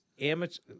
amateur